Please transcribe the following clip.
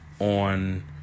on